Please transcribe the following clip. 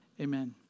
amen